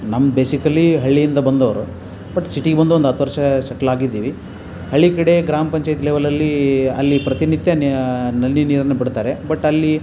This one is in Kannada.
ನಮ್ದು ಬೇಸಿಕಲೀ ಹಳ್ಳಿಯಿಂದ ಬಂದವರು ಬಟ್ ಸಿಟಿಗೆ ಬಂದು ಒಂದು ಹತ್ತು ವರ್ಷ ಸೆಟ್ಲಾಗಿದ್ದೀವಿ ಹಳ್ಳಿ ಕಡೆ ಗ್ರಾಮ ಪಂಚಾಯಿತಿ ಲೆವೆಲಲ್ಲಿ ಅಲ್ಲಿ ಪ್ರತಿನಿತ್ಯ ನಲ್ಲಿ ನೀರನ್ನು ಬಿಡ್ತಾರೆ ಬಟ್ ಅಲ್ಲಿ